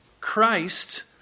Christ